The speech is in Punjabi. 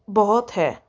ਬਹੁਤ ਹੈ